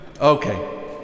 Okay